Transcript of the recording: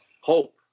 hope